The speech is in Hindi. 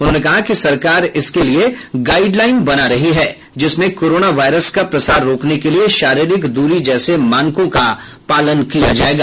उन्होंने कहा कि सरकार इसके लिए गाइडलाइन बना रही है जिसमें कोरोना वायरस का प्रसार रोकने के लिए शारीरिक दूरी जैसे मानकों का पालन किया जायेगा